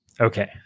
Okay